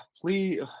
Please